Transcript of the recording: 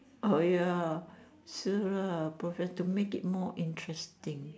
ah ya see lah to make it more interesting